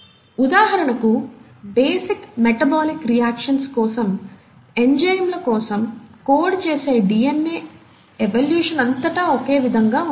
ఉదాహరణకు basic metabolic reactions కోసం ఎంజైమ్ల కోసం కోడ్ చేసే డిఎన్ఏ ఎవల్యూషన్ అంతటా ఒకే విధంగా ఉంటుంది